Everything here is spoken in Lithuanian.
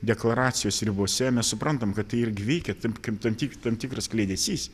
deklaracijos ribose mes suprantam kad tai irgi veikia taip kaip tam tam tikras kliedesys